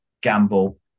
gamble